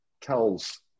tells